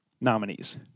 nominees